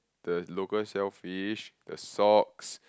the local shell fish the socks